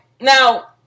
now